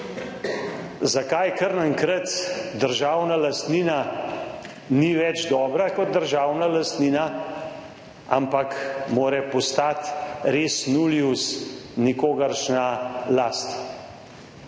Zakaj kar naenkrat državna lastnina ni več dobra kot državna lastnina, ampak mora postati resnullius, nikogaršnja last?